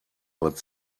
but